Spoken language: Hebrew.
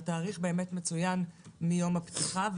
התאריך באמת מצוין מיום הפתיחה.